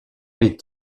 les